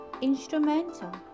instrumental